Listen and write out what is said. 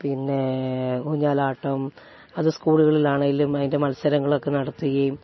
പിന്നേ ഊഞ്ഞാലാട്ടം അത് സ്കൂളുകളിലാണെങ്കിലും അതിൻ്റെ മത്സരങ്ങൾ ഒക്കെ നടത്തുകയും